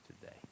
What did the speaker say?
today